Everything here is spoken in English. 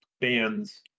bands